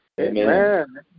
Amen